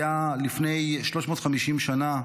הייתה לפני 350 שנה,